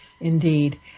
Indeed